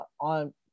on